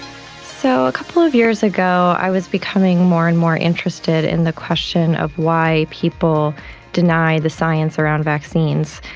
so a couple of years ago i was becoming more and more interested in the question of why people deny the science around vaccines,